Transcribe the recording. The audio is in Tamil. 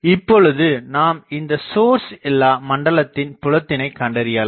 இப்பொழுது நாம் இந்தச் சோர்ஸ் இல்லா மண்டலத்தில் புலத்தினைக் கண்டறியலாம்